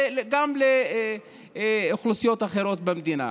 וגם לאוכלוסיות אחרות במדינה.